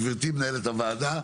גברתי, מנהלת הוועדה,